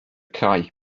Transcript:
cae